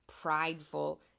prideful